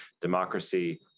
democracy